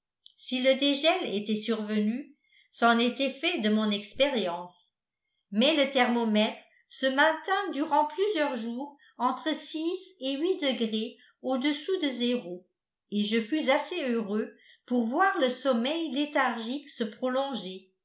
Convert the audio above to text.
si le dégel était survenu c'en était fait de mon expérience mais le thermomètre se maintint durant plusieurs jours entre et degrés au-dessous de zéro et je fus assez heureux pour voir le sommeil léthargique se prolonger